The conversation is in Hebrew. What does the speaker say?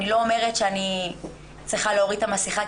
אני לא אומרת שאני צריכה להוריד את המסכה,